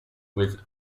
with